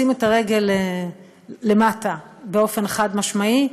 לשים את הרגל למטה באופן חד-משמעי.